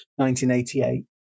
1988